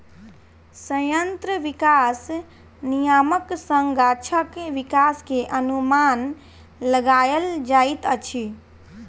संयंत्र विकास नियामक सॅ गाछक विकास के अनुमान लगायल जाइत अछि